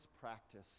practice